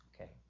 Okay